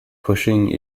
pushing